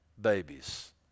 babies